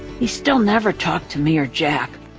he still never talked to me or jack.